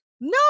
no